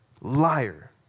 liar